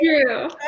true